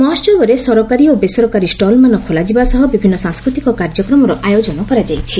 ମହୋହବରେ ସରକାରୀ ଓ ବେସରକାରୀ ଷ୍ଟଲ୍ମାନ ଖୋଲାଯିବା ସହ ବିଭିନୁ ସାଂସ୍କୃତିକ କାର୍ଯ୍ୟକ୍ରମର ଆୟୋଜନ କରାଯାଇଛି